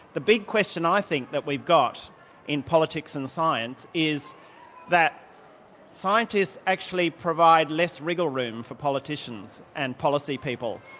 the big question i think that we've got in politics and science is that scientists actually provide less wriggle room for politicians and policy people,